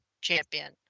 Champion